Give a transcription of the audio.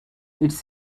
its